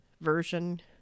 version